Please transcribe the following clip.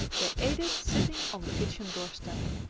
they ate it sitting on the kitchen doorstep.